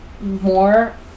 more